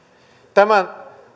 tämä